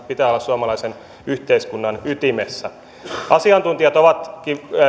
pitää olla suomalaisen yhteiskunnan ytimessä asiantuntijat ovatkin